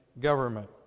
government